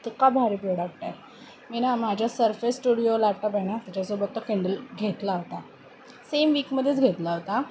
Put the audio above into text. इतका भारी प्रोडक्ट आहे मी ना माझ्या सर्फे स्टुडिओ लॅपटॉप आहे ना त्याच्यासोबत तो कॅंडल घेतला होता सेम वीकमध्येच घेतला होता